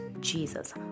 Jesus